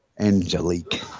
Angelique